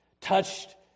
touched